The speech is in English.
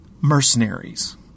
mercenaries